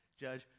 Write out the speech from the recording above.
judge